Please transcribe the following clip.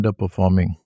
underperforming